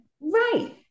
right